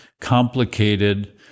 complicated